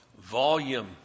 volume